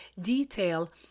detail